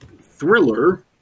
thriller